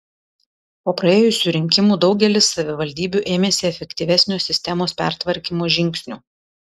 po praėjusių rinkimų daugelis savivaldybių ėmėsi efektyvesnio sistemos pertvarkymo žingsnių